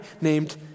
named